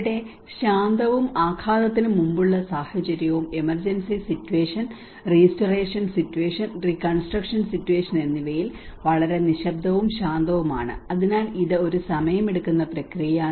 ഇവിടെ ശാന്തവും ആഘാതത്തിന് മുമ്പുള്ള സാഹചര്യവും emergency situation restoration situation reconstruction situation എന്നിവയിൽ വളരെ നിശബ്ദവും ശാന്തവുമാണ് അതിനാൽ ഇത് ഒരു സമയമെടുക്കുന്ന പ്രക്രിയയാണ്